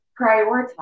prioritize